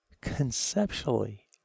Conceptually